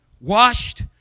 washed